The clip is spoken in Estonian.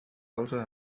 lausa